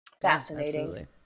fascinating